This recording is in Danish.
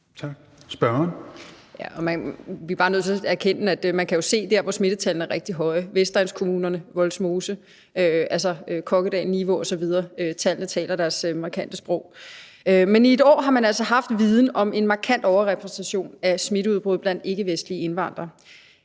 Thiesen (NB): Vi er bare nødt til at erkende, at man jo kan se, hvor smittetallene er rigtig høje, og det er i vestegnskommunerne, Vollsmose, Kokkedal, Nivå osv. Tallene taler deres markante sprog. Men man har altså i et år haft viden om en markant overrepræsentation af smitteudbrud blandt ikkevestlige indvandrere.